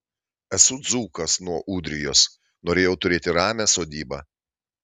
esu dzūkas nuo ūdrijos norėjau turėti ramią sodybą